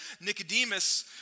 Nicodemus